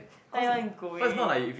why everyone going